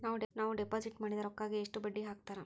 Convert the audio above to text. ನಾವು ಡಿಪಾಸಿಟ್ ಮಾಡಿದ ರೊಕ್ಕಿಗೆ ಎಷ್ಟು ಬಡ್ಡಿ ಹಾಕ್ತಾರಾ?